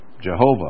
Jehovah